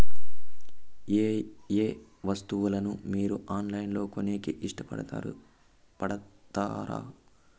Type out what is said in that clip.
ఏయే వస్తువులను మీరు ఆన్లైన్ లో కొనేకి ఇష్టపడుతారు పడుతారు?